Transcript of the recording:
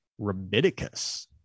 Rabidicus